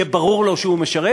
יהיה ברור לו שהוא משרת,